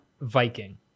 Viking